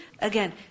again